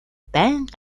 байнга